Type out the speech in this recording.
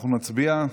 אנחנו נצביע.